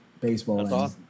baseball